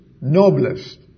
noblest